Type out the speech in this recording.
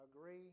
agree